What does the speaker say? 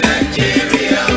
Nigeria